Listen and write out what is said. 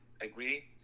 agree